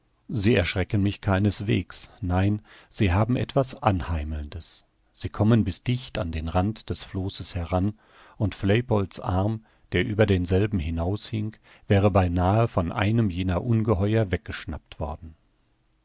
sie erschrecken mich keineswegs nein sie haben etwas anheimelndes sie kommen bis dicht an den rand des flosses heran und flaypol's arm der über denselben hinaushing wäre beinahe von einem jener ungeheuer weggeschnappt werden